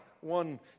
one